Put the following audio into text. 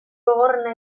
gogorrena